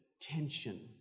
tension